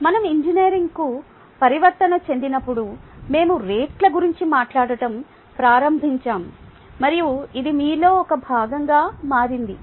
మనం ఇంజనీరింగ్కు పరివర్తన చెందినప్పుడు మేము రేట్ల గురించి మాట్లాడటం ప్రారంభించాము మరియు అది మీలో ఒక భాగంగా మారింది